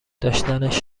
داشتنش